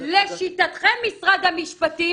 לשיטתכם משרד המשפטים,